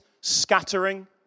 scattering